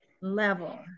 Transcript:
level